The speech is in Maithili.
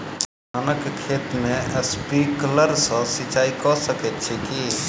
धानक खेत मे स्प्रिंकलर सँ सिंचाईं कऽ सकैत छी की?